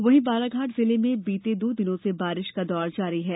वहीं बालाघाट जिले में बीते दो दिनों से बारिश का दौर जारी है